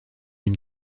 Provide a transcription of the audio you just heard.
une